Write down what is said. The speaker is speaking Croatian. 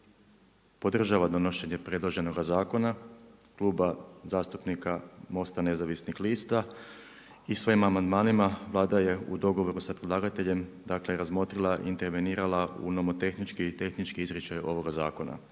podržava donošenje predloženoga zakona Kluba zastupnika MOST-a nezavisnih lista i svojim amandmanima Vlada je u dogovoru sa predlagateljem, dakle razmotrila i intervenirala u nomotehnički i tehnički izričaj ovoga zakona